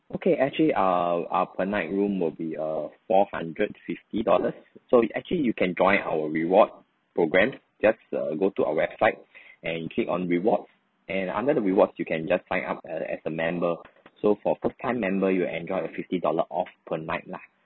okay actually ah ah per night room will be uh four hundred fifty dollars so actually you can join our reward programs just uh go to our website and click on rewards and under the rewards you can just sign up uh as a member so for first time member you'll enjoy a fifty dollar off per night lah